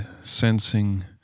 sensing